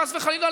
חס וחלילה,